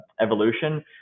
evolution